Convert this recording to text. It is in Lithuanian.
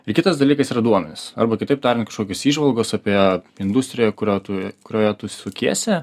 ir kitas dalykas yra duomenys arba kitaip tariant kažkokios įžvalgos apie industriją kurioj tu kurioje tu sukiesi